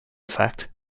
fact